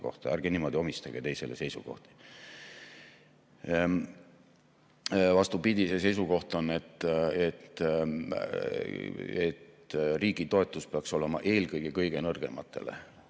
kohta. Ärge niimoodi omistage teistele seisukohti! Vastupidi, see seisukoht on, et riigi toetus peaks minema eelkõige kõige nõrgematele.